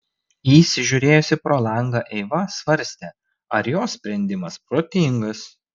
įsižiūrėjusi pro langą eiva svarstė ar jos sprendimas protingas